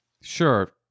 Sure